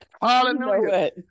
Hallelujah